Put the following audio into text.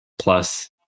plus